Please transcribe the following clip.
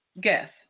Guess